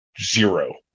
zero